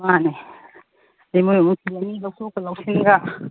ꯃꯥꯟꯅꯦ ꯑꯗꯩ ꯃꯣꯏ ꯑꯃꯨꯛ ꯊꯤꯜꯂꯅꯤ ꯂꯧꯊꯣꯛꯀ ꯂꯧꯁꯤꯟꯒ